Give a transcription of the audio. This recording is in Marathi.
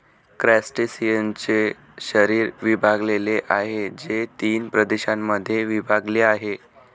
क्रस्टेशियन्सचे शरीर विभागलेले आहे, जे तीन प्रदेशांमध्ये विभागलेले आहे